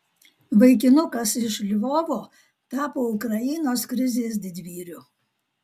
vaikinukas iš lvovo tapo ukrainos krizės didvyriu